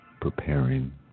preparing